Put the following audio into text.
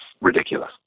ridiculous